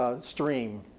stream